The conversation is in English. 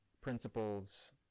principles